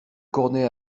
cornet